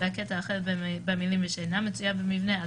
והקטע החל במילים ושאינה מצויה במבנה,